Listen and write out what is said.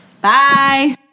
bye